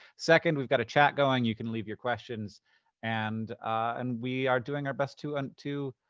second, we've got a chat going. you can leave your questions and and we are doing our best to and to